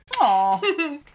Aw